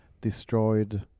destroyed